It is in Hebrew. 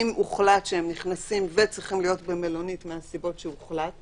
אם הוחלט שנכנסים וצריכים להיות במלונית מהסיבות שהוחלט,